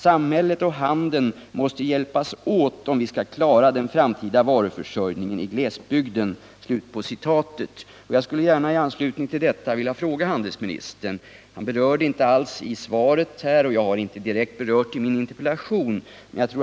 Samhället och handeln måste hjälpas åt om vi ska klara den framtida varuförsörjningen i glesbygden.” I anslutning till detta skulle jag vilja ta upp en fråga som handelsministern inte har berört i svaret och som jag inte heller direkt har tagit upp i min interpellation.